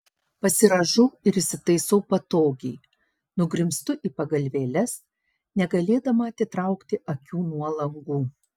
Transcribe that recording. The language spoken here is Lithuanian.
pasirąžau ir įsitaisau patogiai nugrimztu į pagalvėles negalėdama atitraukti akių nuo langų